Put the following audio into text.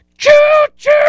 Choo-choo